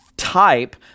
type